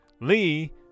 Lee